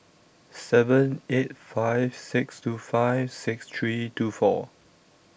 seven eight five six two five six three two four